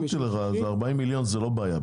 40 מיליון הם לא בעיה.